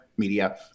media